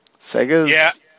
Sega's